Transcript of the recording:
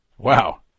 Wow